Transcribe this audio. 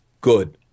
Good